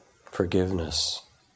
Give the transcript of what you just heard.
forgiveness